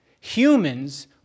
Humans